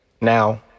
Now